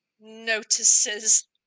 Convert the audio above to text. notices